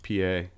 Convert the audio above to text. PA